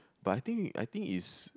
but I I think its